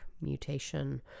mutation